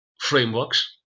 frameworks